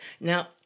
Now